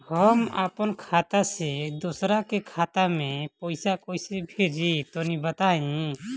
हम आपन खाता से दोसरा के खाता मे पईसा कइसे भेजि तनि बताईं?